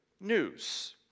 news